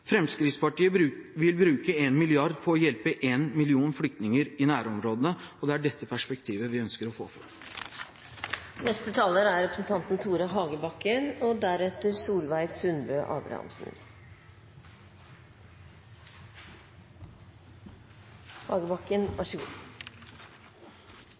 Fremskrittspartiet vil bruke 1 mrd. kr på å hjelpe 1 million flyktninger i nærområdene. Det er dette perspektivet vi ønsker å få